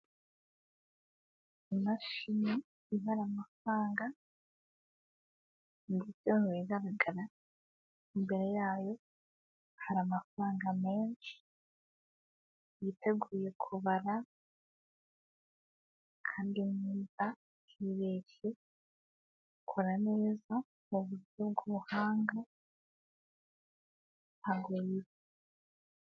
Imashini ibara amafaranga, ku buryo mu bigaragara imbere yayo, hari amafaranga menshi, yiteguye kubara kandi neza itibeshye, ikora neza mu buryo bw'ubuhanga, ntabwo yiba.